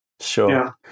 Sure